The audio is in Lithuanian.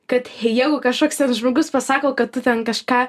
kad jeigu kažkoks ten žmogus pasako kad tu ten kažką